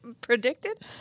predicted